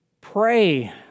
pray